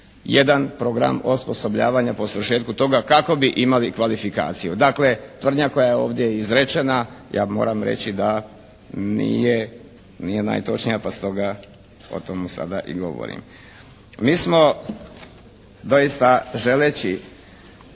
jedan program osposobljavanja po svršetku toga kako bi imali kvalifikaciju. Dakle tvrdnja koja je ovdje izrečena ja moram reći da nije najtočnija pa stoga o tome sada i govorim. Mi smo doista želeći